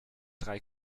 drei